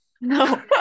No